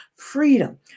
freedom